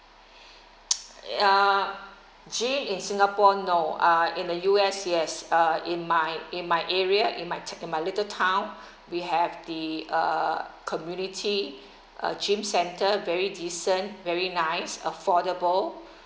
uh gym in singapore no uh in the U_S yes uh in my in my area in my t~ in my little town we have the uh community gym centre very decent very nice affordable